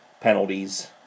penalties